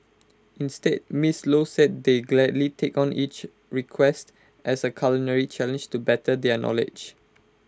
instead miss low said they gladly take on each request as A culinary challenge to better their knowledge